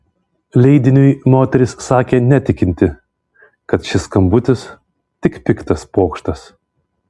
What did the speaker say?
leidiniui moteris sakė netikinti kad šis skambutis tik piktas pokštas